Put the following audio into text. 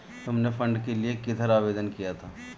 तुमने फंड के लिए किधर आवेदन किया था?